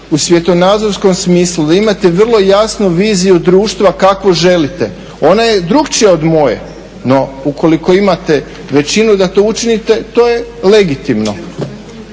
u svjetonazorskom smislu da imate vrlo jasnu viziju društva kakvu želite. Ona je drukčija od moje, no ukoliko imate većinu da to učinite to je legitimno.